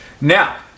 Now